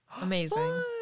Amazing